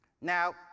Now